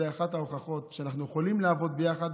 זו אחת ההוכחות שאנחנו יכולים לעבוד ביחד